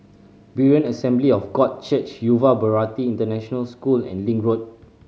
Berean Assembly of God Church Yuva Bharati International School and Link Road